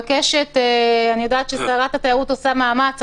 אני יודעת ששרת התיירות עושה מאמץ,